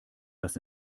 was